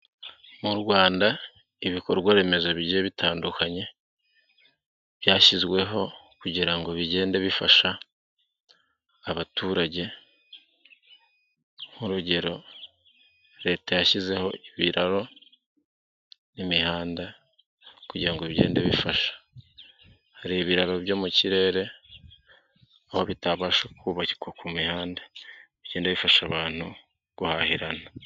Mu Rwanda ibikorwa remezo bigiye bitandukanye byashyizweho kugira ngo bigende bifasha abaturage nk'urugero leta yashyizeho ibiraro, imihanda kugira ngo bigendade bifasha. Hari ibiraro byo mu kirere aho bifasha kubakwa ku mihanda, bigenda bifasha abantu guhahirana.